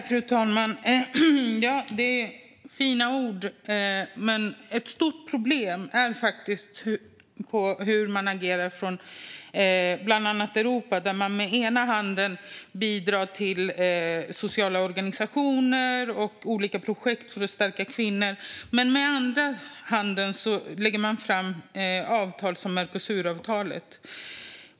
Fru talman! Det är fina ord, men ett stort problem är hur man agerar från bland annat Europas sida. Med ena handen bidrar man till sociala organisationer och olika projekt för att stärka kvinnor, men med andra handen lägger man fram avtal som det med Mercosur.